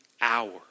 hour